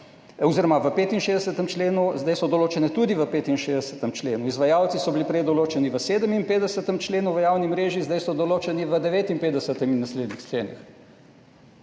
oziroma v 65. členu, zdaj so določene tudi v 65. členu. Izvajalci so bili prej določeni v 57. členu v javni mreži, zdaj so določeni v 59. in naslednjih členih.